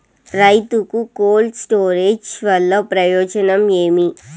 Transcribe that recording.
రైతుకు cold storage వల్ల ప్రయోజనం ఏమి?